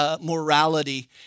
morality